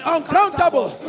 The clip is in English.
Uncountable